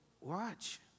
watch